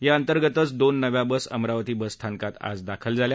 याअंतर्गतच दोन नव्या बस अमरावती बसस्थानकात आज दाखल झाल्या